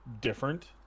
different